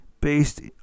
based